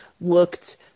looked